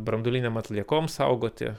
branduolinėm atliekom saugoti